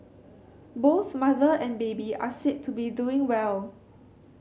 both mother and baby are said to be doing well